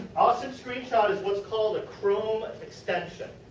ah so screenshot is what is called a chrome extension.